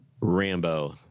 Rambo